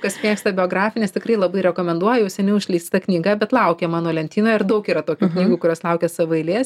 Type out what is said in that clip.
kas mėgsta biografines tikrai labai rekomenduoju seniau išleista knyga bet laukė mano lentynoje daug yra tokių knygų kurios laukia savo eilės